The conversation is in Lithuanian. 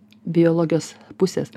biologijos pusės